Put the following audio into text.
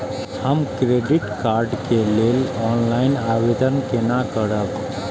हम credit card के लेल ऑनलाइन आवेदन केना करब?